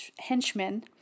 henchmen